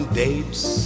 dates